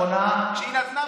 כשהיא נתנה בצפון,